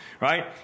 right